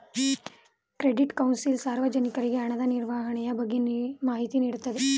credit council ಸಾರ್ವಜನಿಕರಿಗೆ ಹಣದ ನಿರ್ವಹಣೆಯ ಬಗ್ಗೆ ಮಾಹಿತಿ ನೀಡುತ್ತದೆ